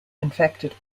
infected